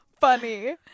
funny